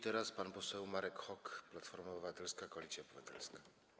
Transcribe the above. Teraz pan poseł Marek Hok, Platforma Obywatelska - Koalicja Obywatelska.